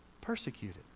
persecuted